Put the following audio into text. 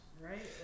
right